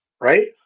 right